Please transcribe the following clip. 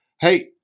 Hey